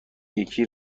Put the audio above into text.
یکی